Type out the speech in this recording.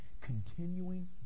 continuing